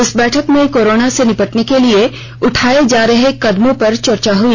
इस बैठक में कोरोना से निपटने के लिए उठाए जा रहे कदमों पर चर्चा हुई